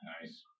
nice